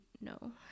no